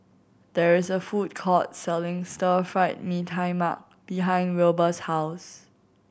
there is a food court selling Stir Fried Mee Tai Mak behind Wilber's house